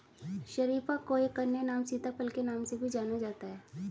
शरीफा को एक अन्य नाम सीताफल के नाम से भी जाना जाता है